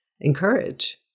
encourage